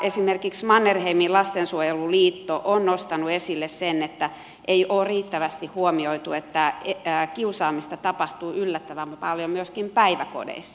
esimerkiksi mannerheimin lastensuojeluliitto on nostanut esille sen että ei ole riittävästi huomioitu että kiusaamista tapahtuu yllättävän paljon myöskin päiväkodeissa